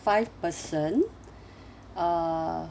five person uh